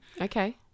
Okay